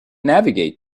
navigate